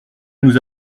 nous